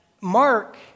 Mark